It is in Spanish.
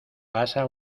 pasa